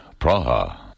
Praha